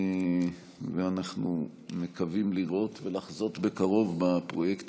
ואנחנו מקווים לראות ולחזות בקרוב בפרויקט